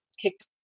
kicked